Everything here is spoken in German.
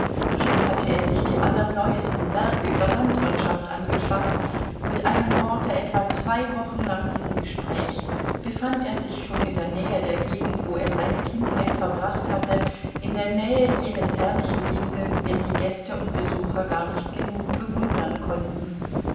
schon hatte er sich die allerneuesten werke über landwirtschaft angeschafft mit einem worte etwa zwei wochen nach diesem gespräch befand er sich schon in der nähe der gegend wo er seine kindheit verbracht hatte in der nähe jenes herrlichen winkels den die gäste und besucher gar nicht genug bewundern konnten